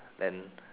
then